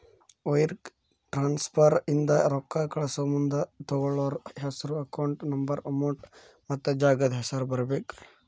wire transfer ಇಂದ ರೊಕ್ಕಾ ಕಳಸಮುಂದ ತೊಗೋಳ್ಳೋರ್ ಹೆಸ್ರು ಅಕೌಂಟ್ ನಂಬರ್ ಅಮೌಂಟ್ ಮತ್ತ ಜಾಗದ್ ಹೆಸರ ಬರೇಬೇಕ್